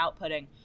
outputting